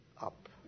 up